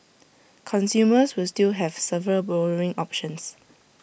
consumers will still have several borrowing options